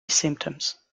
symptoms